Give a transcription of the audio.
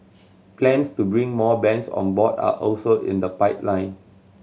plans to bring more banks on board are also in the pipeline